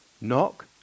Knock